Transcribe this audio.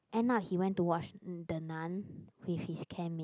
end up he went to watch the Nun with his camp mates